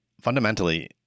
fundamentally